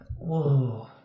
Whoa